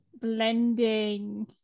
blending